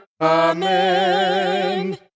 Amen